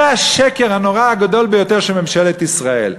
זה השקר הנורא הגדול ביותר של ממשלת ישראל.